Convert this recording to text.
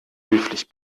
höflich